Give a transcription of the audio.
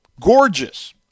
Gorgeous